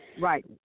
right